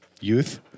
youth